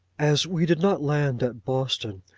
as we did not land at boston,